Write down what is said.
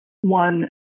one